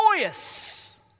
joyous